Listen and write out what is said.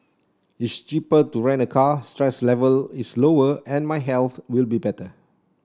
it's cheaper to rent a car stress level is lower and my health will be better